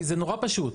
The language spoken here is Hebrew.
כי זה נורא פשוט.